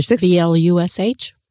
B-L-U-S-H